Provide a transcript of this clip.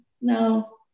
No